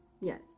yes